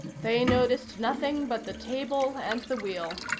they noticed nothing but the table and the wheel.